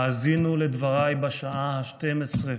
האזינו לדברי בשעה ה-12: